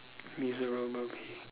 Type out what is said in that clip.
miserable pay